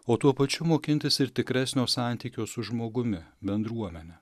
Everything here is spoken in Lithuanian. o tuo pačiu mokintis ir tikresnio santykio su žmogumi bendruomene